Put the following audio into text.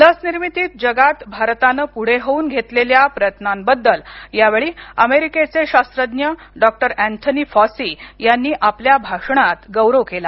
लस निर्मित्तीत जगात भारताने पुढे होऊन घेतलेल्या प्रयत्नांबद्दल यावेळी अमेरिकेचे शास्त्रज्ञ डौ अन्थानी फॉसी यांनी आपल्या भाषणांत गौरव केला